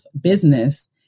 business